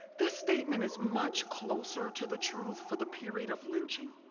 this statement is much closer to the truth for the period of lynching,